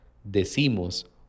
Decimos